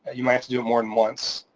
you might have to do it more than once.